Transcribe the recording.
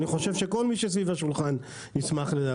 אני חושב שכל מי שסביב השולחן ישמח לזה,